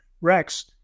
Rex